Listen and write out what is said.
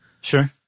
Sure